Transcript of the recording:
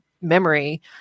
memory